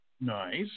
Nice